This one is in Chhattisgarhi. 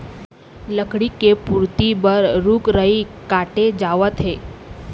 लकड़ी के पूरति बर रूख राई काटे जावत हे